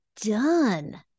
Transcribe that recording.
done